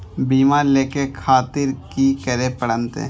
बीमा लेके खातिर की करें परतें?